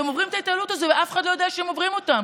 הם עוברים את התעללות הזאת ואף אחד לא יודע שהם עוברים אותה.